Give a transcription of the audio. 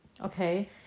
Okay